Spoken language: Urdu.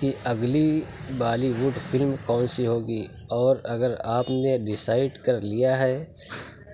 کی اگلی بالی وڈ فلم کون سی ہوگی اور اگر آپ نے ڈیسائڈ کر لیا ہے